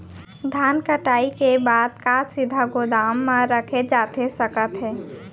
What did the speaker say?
धान कटाई के बाद का सीधे गोदाम मा रखे जाथे सकत हे?